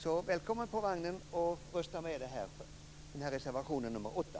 Så välkommen på vagnen, och rösta för reservation nr 8!